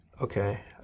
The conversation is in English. Okay